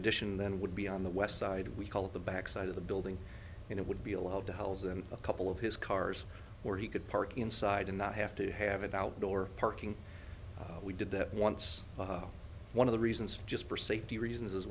addition then would be on the west side we call it the back side of the building and it would be allowed to hells and a couple of his cars where he could park inside and not have to have an outdoor parking we did that once one of the reasons just for safety reasons as